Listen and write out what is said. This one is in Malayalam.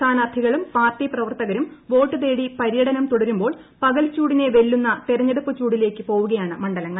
സ്ഥാനാർത്ഥികളും പാർട്ടി പ്രവർത്തകരും വോട്ട് തേടി പര്യടനം തുടരുമ്പോൾ പകൽച്ചൂടിനെ വെല്ലുന്ന തെരഞ്ഞെടുപ്പ് ചൂടിലേക്ക് പോവുകയാണ് മണ്ഡലങ്ങൾ